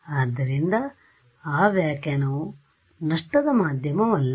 ಆದ್ದರಿಂದ ಆ ವ್ಯಾಖ್ಯಾನವು ನಷ್ಟದ ಮಾಧ್ಯಮವಲ್ಲ